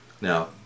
Now